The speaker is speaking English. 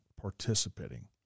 participating